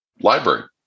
library